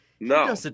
No